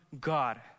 God